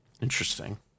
Interesting